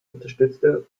unterstützte